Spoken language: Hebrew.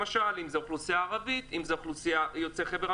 למשל אם זאת האוכלוסייה הערבית או יוצאי חבר המדינות,